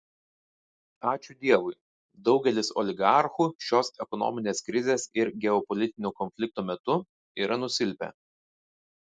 ačiū dievui daugelis oligarchų šios ekonominės krizės ir geopolitinio konflikto metų yra nusilpę